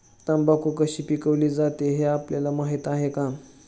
तंबाखू कशी पिकवली जाते हे आपल्याला माहीत आहे का?